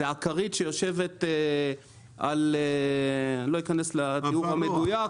זה אקרית שיושבת על, אני לא אכנס לתיאור המדויק.